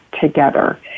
together